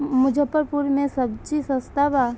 मुजफ्फरपुर में सबजी सस्ता बा